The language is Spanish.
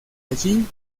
allí